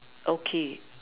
okay